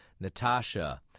Natasha